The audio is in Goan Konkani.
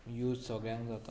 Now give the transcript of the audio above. यूझ सगळ्यांक जाता